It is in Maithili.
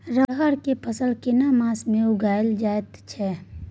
रहर के फसल केना मास में उगायल जायत छै?